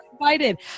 invited